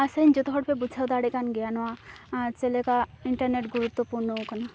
ᱟᱥᱟᱭᱟᱹᱧ ᱡᱚᱛᱚ ᱦᱚᱲᱯᱮ ᱵᱩᱡᱷᱟᱹᱣ ᱫᱟᱲᱮᱭᱟᱜ ᱠᱟᱱ ᱜᱮᱭᱟ ᱱᱚᱣᱟ ᱪᱮᱫ ᱞᱮᱠᱟ ᱤᱱᱴᱟᱨᱱᱮᱴ ᱜᱩᱨᱩᱛᱛᱚ ᱯᱩᱨᱱᱚ ᱟᱠᱟᱱᱟ